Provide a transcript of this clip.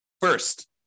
First